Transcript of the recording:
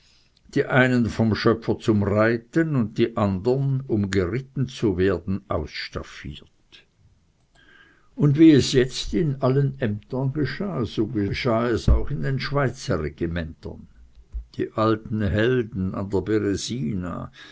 die einen vom schöpfer zum reiten und die andern um geritten zu werden ausstaffiert und wie es jetzt in allen ämtern geschah also geschah es auch in den schweizerregimentern die alten helden an der beresina